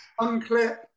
unclip